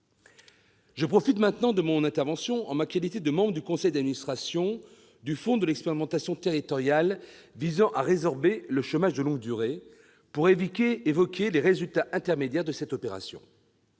importante des emplois aidés. En ma qualité de membre du conseil d'administration du fonds de l'expérimentation territoriale visant à résorber le chômage de longue durée, je voudrais présenter les résultats intermédiaires de cette opération.